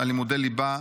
על לימודי ליבה,